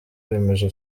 remezo